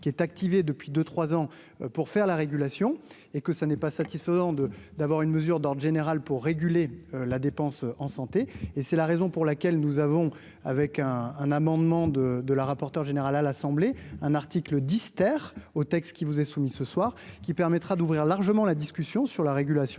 qui est activé depuis 2 3 ans pour faire la régulation et que ça n'est pas satisfaisant de d'avoir une mesure d'or générales pour réguler la dépense en santé et c'est la raison pour laquelle nous avons avec un un amendement de de la rapporteure générale à l'Assemblée un article Dister au texte qui vous est soumis : Ce soir, qui permettra d'ouvrir largement la discussion sur la régulation